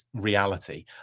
reality